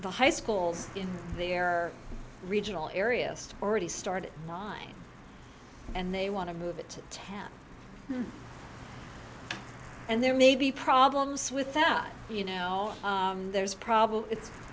the high schools in their regional area already started mine and they want to move it to town and there may be problems with that you know there's a problem it's